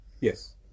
Yes